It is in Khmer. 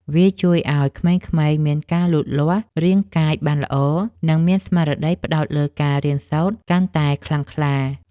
វាជួយឱ្យក្មេងៗមានការលូតលាស់រាងកាយបានល្អ និងមានស្មារតីផ្ដោតលើការរៀនសូត្រកាន់តែខ្លាំងក្លា។